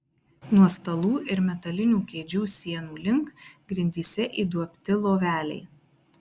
nuo stalų ir metalinių kėdžių sienų link grindyse įduobti loveliai